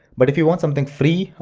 but if you want something free,